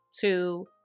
two